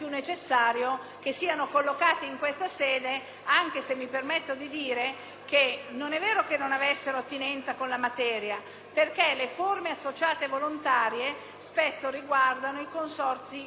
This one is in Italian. perché le forme associative volontarie spesso riguardano i consorzi enti parco. Diventava perciò difficile per i Comuni procedere alla creazione di nuovi soggetti,